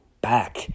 back